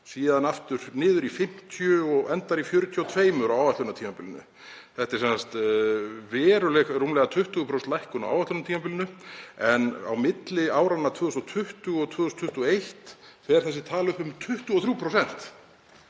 síðan aftur niður í 50 og endar í 42 á áætlunartímabilinu. Þetta er sem sagt rúmlega 20% lækkun á áætlunartímabilinu en á milli áranna 2020 og 2021 fer þessi tala upp um 23%.